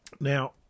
Now